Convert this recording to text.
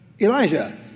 Elijah